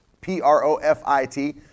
P-R-O-F-I-T